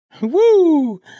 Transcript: Woo